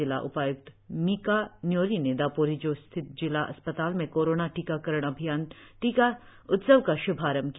जिला उपायुक्त मिका न्योरी ने दापोरिजो स्थित जिला अस्पताल में कोरोना टीकाकरण अभियान टीका उत्सव का श्भारंभ किया